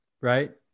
right